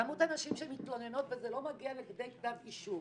כמות הנשים שמתלוננות וזה לא מגיע לכדי כתב אישום